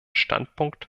standpunkt